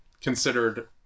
considered